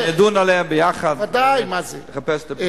נדון ביחד ונחפש את הפתרון.